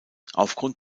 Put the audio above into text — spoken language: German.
aufgrund